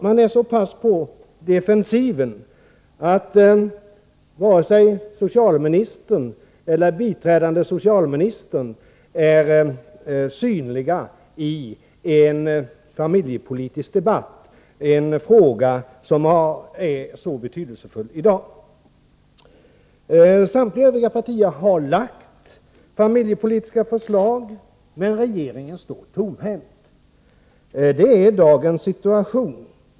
Man är så mycket på defensiven att varken socialministern eller biträdande socialministern är närvarande vid en familjepolitisk debatt där de frågor som är så betydelsefulla i dag berörs. Samtliga borgerliga partier har lagt fram familjepolitiska förslag, men regeringen står tomhänt. Det är dagens situation.